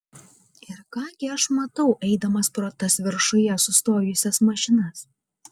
ir ką gi aš matau eidamas pro tas viršuje sustojusias mašinas